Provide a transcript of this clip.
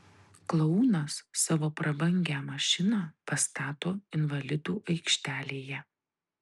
klounas savo prabangią mašiną pastato invalidų aikštelėje